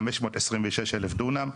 526,000 דונם.